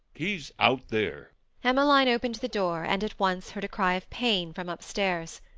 he's out there emmeline opened the door, and at once heard a cry of pain from upstairs.